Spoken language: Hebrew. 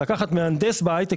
לקחת מהנדס בהייטק,